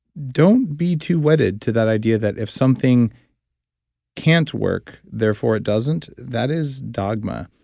don't be too wedded to that idea that if something can't work therefore it doesn't. that is dogma.